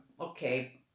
okay